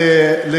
שושן.